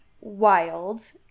wild